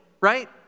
right